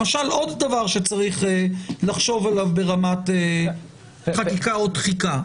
למשל עוד דבר שצריך לחשוב עליו ברמת חקיקה או תחיקה.